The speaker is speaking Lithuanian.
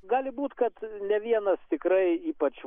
gali būt kad ne vienas tikrai ypač